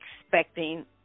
expecting